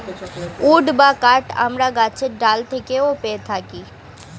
would বা কাঠ আমরা গাছের ডাল থেকেও পেয়ে থাকি